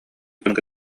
дьонун